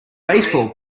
baseball